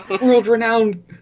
World-renowned